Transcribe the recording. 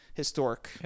Historic